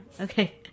Okay